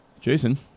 Jason